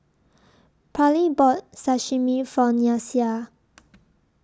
Parlee bought Sashimi For Nyasia